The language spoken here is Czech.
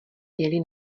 dělí